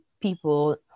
people